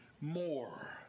more